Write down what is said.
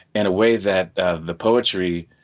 in a way that the poetry